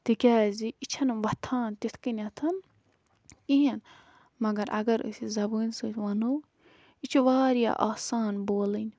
تِکیٛازِ یہِ چھَنہٕ وۄتھان تِتھ کٔنٮ۪تھ کِہیٖنۍ مگر اَگر أسۍ یہِ زَبٲنۍ سۭتۍ وَنو یہِ چھِ واریاہ آسان بولٕنۍ